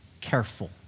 careful